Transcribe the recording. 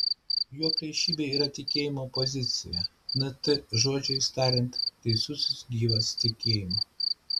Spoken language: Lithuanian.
jo priešybė yra tikėjimo pozicija nt žodžiais tariant teisusis gyvas tikėjimu